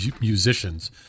musicians